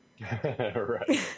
Right